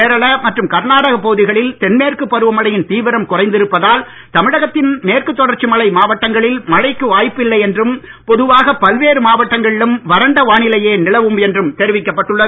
கேரள மற்றும் கர்நாடகப் பகுதிகளில் தென்மேற்குப் பருவமழையின் தீவிரம் குறைந்திருப்பதால் தமிழகத்தின் மேற்குத்தொடர்ச்சி மலை மாவட்டங்களில் மழைக்கு வாப்பில்லை என்றும் பொதுவாக பல்வேறு மாவட்டங்களிலும் வறண்ட வானிலையே நிலவும் என்றும் தெரிவிக்கப்பட்டுள்ளது